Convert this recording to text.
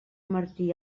martí